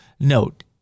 Note